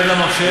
למה תמכתם בו?